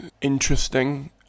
interesting